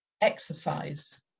exercise